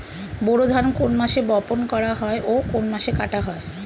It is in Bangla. বোরো ধান কোন মাসে বপন করা হয় ও কোন মাসে কাটা হয়?